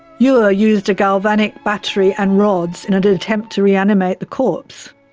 ure used a galvanic battery and rods in an attempt to reanimate the corpse.